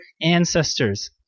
ancestors